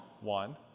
one